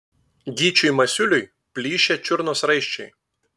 gyčiui masiuliui plyšę čiurnos raiščiai